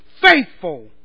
faithful